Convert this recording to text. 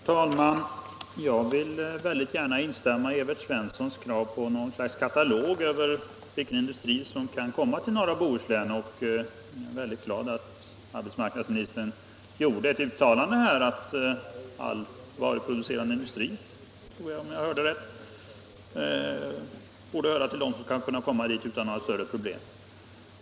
Herr talman! Jag vill gärna instämma i Evert Svenssons i Kungälv krav på något slags katalog över vilka industrier som kan komma till norra Bohuslän, och jag är också väldigt glad över att arbetsmarknadsministern här uttalade att alla varuproducerande industrier — om jag hörde rätt — borde höra till dem som kan komma dit utan några större problem.